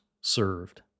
served